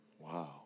Wow